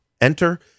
enter